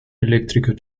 elektriker